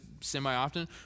semi-often